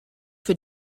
für